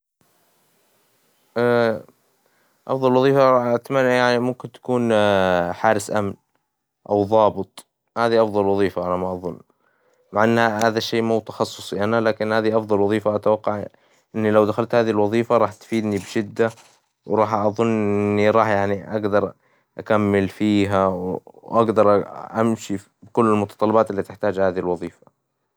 أفظل وظيفة أتمنى ممكن تكون حارس أمن أو ظابط، هذي أفظل وظيفة على ما أظن مع إن هذا الشي ليس تخصصي أنا لكن هذي أفظل وظيفة أتوقع إن لو دخلت هذي الوظيفة راح تفيدني بشدة، وراح أظن إني راح أقدر أكمل فيها، وأقدر أمشي في كل المتطلبات إللي تحتاجها هذي الوظيفة.